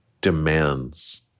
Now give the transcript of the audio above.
demands